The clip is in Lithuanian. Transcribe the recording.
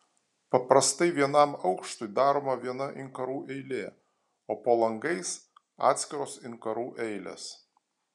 paprastai vienam aukštui daroma viena inkarų eilė o po langais atskiros inkarų eilės